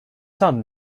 son